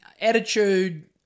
Attitude